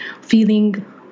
feeling